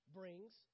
brings